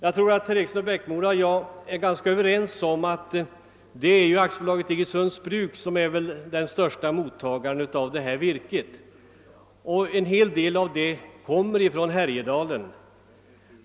Herr Eriksson i Bäckmora och jag är nog överens om att det är AB Iggesunds bruk som är den största mottagaren av detta virke. Och en hel del av det kommer från Härjedalen.